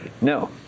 No